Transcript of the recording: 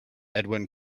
edwyn